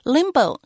Limbo